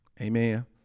amen